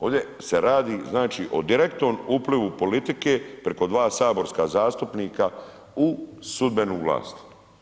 Ovdje se radi, znači, o direktnom uplivu politike preko 2 saborska zastupnika u sudbenu vlast.